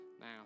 now